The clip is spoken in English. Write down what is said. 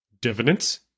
dividends